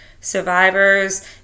Survivors